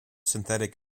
synthetic